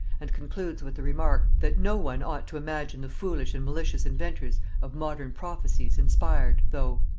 and concludes with the remark, that no one ought to imagine the foolish and malicious inventors of modern prophecies inspired, though.